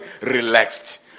relaxed